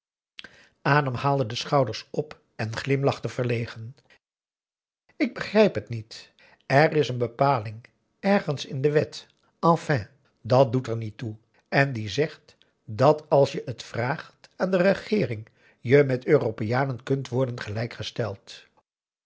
haalde de schouders op en glimlachte verlegen ik begrijp het niet er is een bepaling ergens in de wet enfin dat doet er niet toe en die zegt dat als je het vraagt aan de regeering je met europeanen kunt worden gelijk gesteld